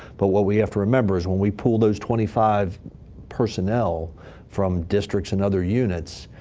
but what we have to remember is when we pull those twenty five personnel from district's and other units,